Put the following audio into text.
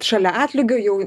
šalia atlygio jau